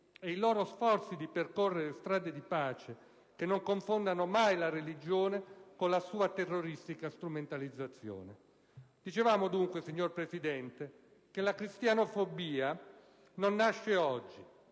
e i loro sforzi di percorrere strade di pace che non confondano mai la religione con la sua terroristica strumentalizzazione. Dunque, signora Presidente, la cristianofobia non nasce oggi;